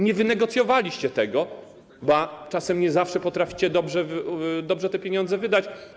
Nie wynegocjowaliście tego, ba, czasem nie zawsze potraficie dobrze te pieniądze wydać.